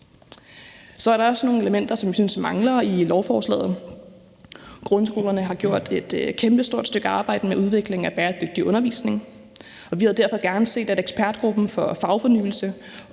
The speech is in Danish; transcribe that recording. Så er der også nogle elementer, som vi synes mangler i lovforslaget. Grundskolerne har gjort et kæmpestort stykke arbejde med udvikling af bæredygtig undervisning, og vi havde derfor gerne set, at ekspertgruppen for fagfornyelse